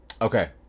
Okay